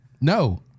No